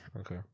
Okay